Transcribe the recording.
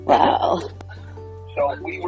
Wow